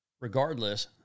Regardless